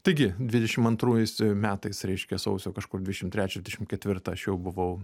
taigi dvidešimt antrais metais reiškia sausio kažkur dvidešimt trečią dvidešimt ketvirtą aš jau buvau